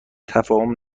تفاهم